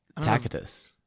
Tacitus